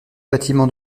bâtiments